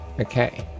Okay